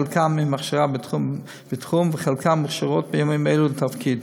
חלקן עם הכשרה בתחום וחלקן מוכשרות בימים אלה לתפקיד.